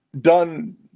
done